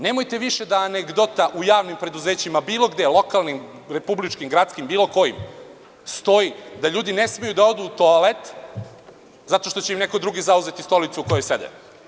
Nemojte više da anegdota u javnim preduzećima, bilo gde, lokalnim, republičkim, gradskim, bilo kojim, stoji da ljudi ne smeju da odu u toalet zato što će im neko drugi zauzeti stolicu na kojoj sede.